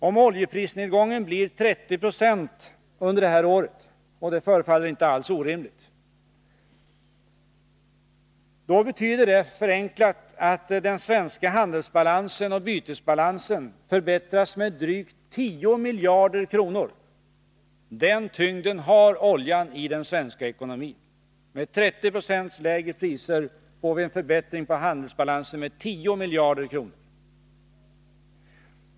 Om oljeprisnedgången blir 30 90 under detta år — och det förefaller inte alls orimligt — betyder det förenklat att den svenska handelsbalansen och bytesbalansen förbättras med drygt 10 miljarder kronor. Den tyngden har oljan i den svenska ekonomin. Med 30 9 lägre priser får vi en förbättring på handelsbalansen med 10 miljarder kronor.